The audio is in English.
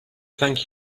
thank